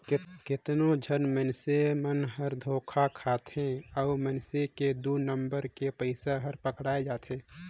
कतनो झन मइनसे मन हर धोखा खाथे अउ मइनसे के दु नंबर के पइसा हर पकड़ाए जाथे